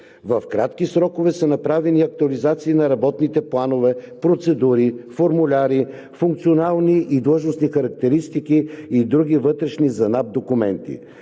В кратки срокове са направени актуализации на работните планове, процедури, формуляри, функционални и длъжностни характеристики и други вътрешни за НАП документи.